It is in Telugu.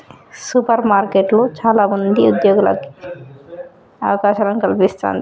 సూపర్ మార్కెట్లు చాల మందికి ఉద్యోగ అవకాశాలను కల్పిస్తంది